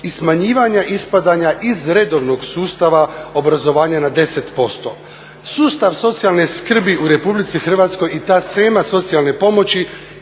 i smanjivanja ispadanja iz redovnog sustava obrazovanja na 10%. Sustav socijalne skrbi u Republici Hrvatskoj i ta shema socijalne pomoći